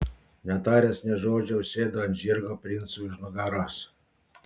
netaręs nė žodžio užsėdo ant žirgo princui už nugaros